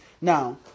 Now